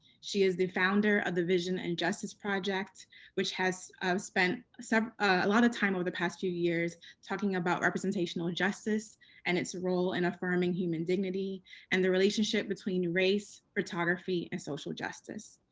she is the founder of the vision and justice project which has spent so a lot of time over the past few years talking about representational justice and its role in affirming human dignity and the relationship between race photography and social justice.